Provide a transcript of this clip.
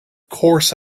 course